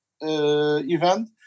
event